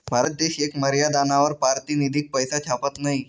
भारत देश येक मर्यादानावर पारतिनिधिक पैसा छापत नयी